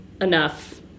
enough